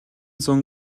зун